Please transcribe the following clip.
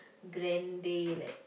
grande like